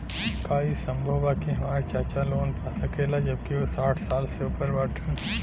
का ई संभव बा कि हमार चाचा लोन पा सकेला जबकि उ साठ साल से ऊपर बाटन?